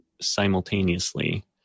simultaneously